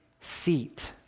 seat